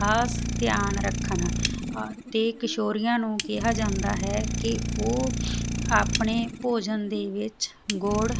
ਖਾਸ ਧਿਆਨ ਰੱਖਣਾ ਤੇ ਕਿਸ਼ੋਰੀਆਂ ਨੂੰ ਕਿਹਾ ਜਾਂਦਾ ਹੈ ਕਿ ਉਹ ਆਪਣੇ ਭੋਜਨ ਦੇ ਵਿੱਚ ਗੁੜ